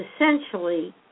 essentially